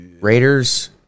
Raiders